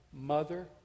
mother